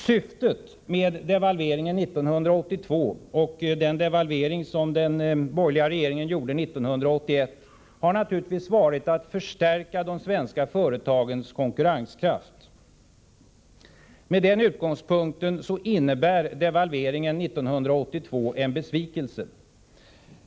Syftet med devalveringen 1982 och den devalvering som den borgerliga regeringen gjorde 1981 har naturligtvis varit att förstärka de svenska företagens konkurrenskraft. Med den utgångspunkten innebär devalveringen 1982 en besvikelse.